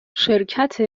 شرکت